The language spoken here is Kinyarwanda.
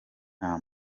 nta